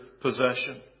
possession